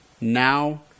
now